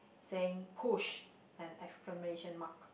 saying push and exclamation mark